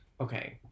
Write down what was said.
Okay